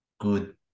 good